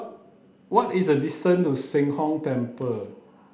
what is the distance to Sheng Hong Temper